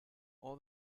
all